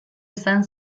izan